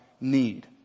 need